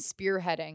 spearheading